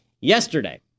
yesterday